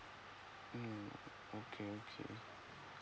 mm okay okay